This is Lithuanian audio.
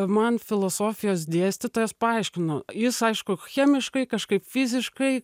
man filosofijos dėstytojas paaiškino jis aišku chemiškai kažkaip fiziškai